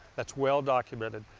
that's well documented.